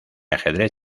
ajedrez